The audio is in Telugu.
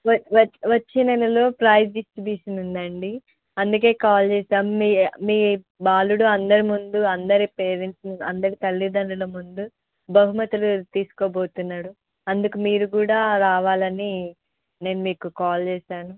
వచ్చి వచ్చి వచ్చే నెలలో ప్రైజ్ డిస్ట్రిబ్యూషన్ ఉందండి అందుకే కాల్ చేసాము మీ మీ బాలుడు అందరిముందు అందరి పేరెంట్స్ ముందు అందరి తల్లిదండ్రుల ముందు బహుమతులు తీసుకోబోతున్నాడు అందుకు మీరు కూడా రావాలని నేను మీకు కాల్ చేసాను